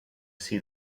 see